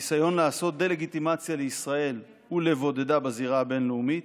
ניסיון לעשות דה-לגיטימציה לישראל ולבודדה בזירה הבין-לאומית,